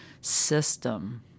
system